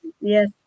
Yes